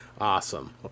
Awesome